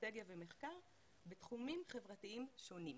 אסטרטגיה ומחקר בתחומים חברתיים שונים.